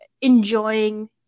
enjoying